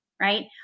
right